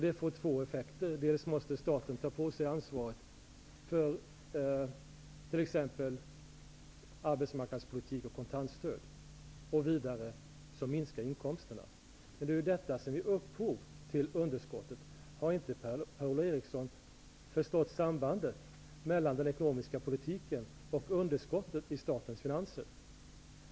Detta får två effekter: dels måste staten ta på sig ansvaret för t.ex. arbetsmarknadspolitik och kontantstöd, dels minskar inkomsterna. Det är ju detta som ger upphov till underskotten. Har inte Per-Ola Eriksson förstått sambandet mellan den ekonomiska politiken och underskottet i statens finanser?